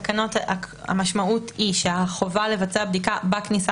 המשמעות היא שהחובה לבצע בדיקה בכניסה